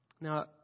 Now